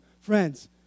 friends